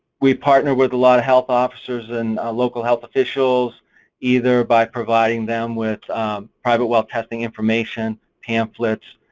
we partner with a lot of health officers and local health officials either by providing them with private well testing information, pamphlets,